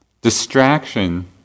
Distraction